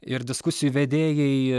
ir diskusijų vedėjai